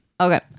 Okay